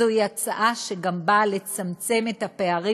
זו הצעה שגם נועדה לצמצם את הפערים